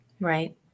Right